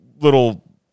Little